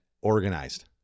organized